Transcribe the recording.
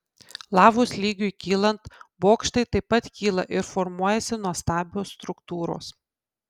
lavos lygiui kylant bokštai taip pat kyla ir formuojasi nuostabios struktūros